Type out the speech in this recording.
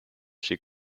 she